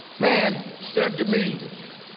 man said to me,